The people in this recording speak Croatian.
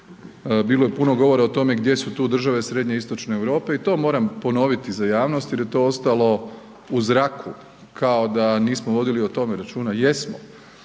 Bilo je puno govora o tome gdje su tu države srednjoistočne Europe i to moram ponoviti za javnost jer je to ostalo u zraku kao da nismo vodili o tome računa, jesmo.